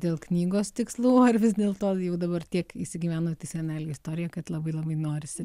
dėl knygos tikslų ar vis dėlto jau dabar tiek įsigyvenot į senelio istoriją kad labai labai norisi